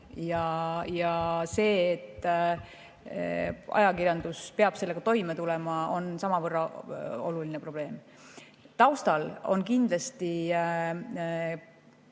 See, et ajakirjandus peab sellega toime tulema, on samavõrra oluline probleem. Taustal on kindlasti